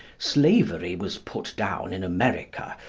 slavery was put down in america,